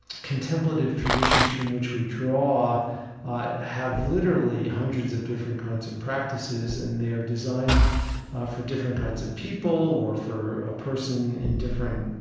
contemplative traditions from which we draw have literally hundreds of different kinds of practices and they are designed for different kinds of people or for a person in different